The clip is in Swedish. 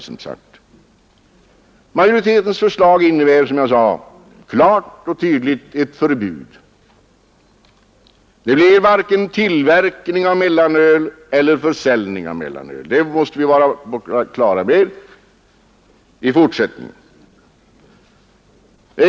Majoritetens förslag innebär, som sagt, ett klart förbud. Det medger varken tillverkning eller försäljning av mellanöl — det måste vi vara på det klara med.